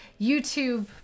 YouTube